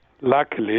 Luckily